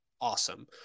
awesome